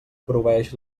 proveeix